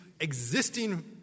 existing